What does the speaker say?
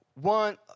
One